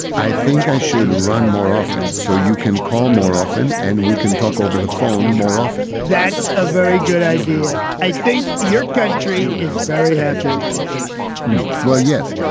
i think i should run more often so you can call more often and we can talk over the phone more often that's a very good idea. i think your country is very happy about this well, yes.